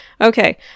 Okay